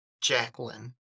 Jacqueline